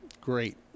Great